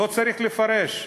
לא צריך לפרש.